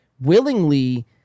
willingly